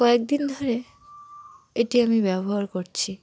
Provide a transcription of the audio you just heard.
কয়েকদিন ধরে এটি আমি ব্যবহার করছি